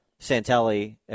Santelli